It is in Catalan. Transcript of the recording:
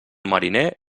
mariner